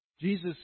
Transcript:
Jesus